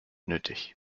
nötig